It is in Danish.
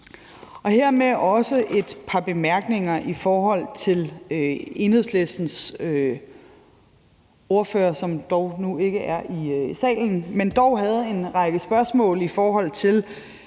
komme med et par bemærkninger til Enhedslistens ordfører, som ikke er i salen nu, men som dog havde en række spørgsmål i forhold til